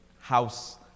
house